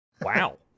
Wow